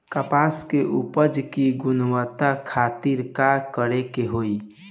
कपास के उपज की गुणवत्ता खातिर का करेके होई?